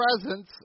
presence